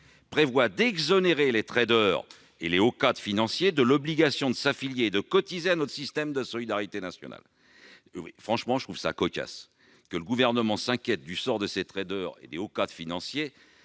fois d'exonérer les traders et les hauts cadres financiers de l'obligation de s'affilier et de cotiser à notre système de solidarité nationale. Franchement, je trouve cocasse que le Gouvernement s'inquiète du sort de ces traders et hauts cadres financiers,